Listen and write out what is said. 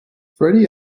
freddie